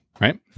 right